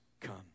come